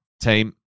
team